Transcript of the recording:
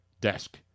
desk